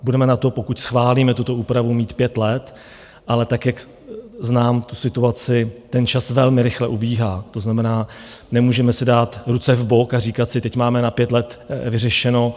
Budeme na to, pokud schválíme tuto úpravu, mít pět let, ale tak jak znám situaci, čas velmi rychle ubíhá, to znamená, nemůžeme si dát ruce v bok a říkat si, teď máme na pět let vyřešeno.